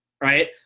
right